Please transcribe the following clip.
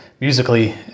musically